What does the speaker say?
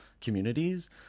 communities